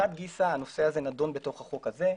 מחד גיסא, הנושא הזה נדון בחוק הזה.